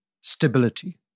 stability